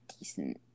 Decent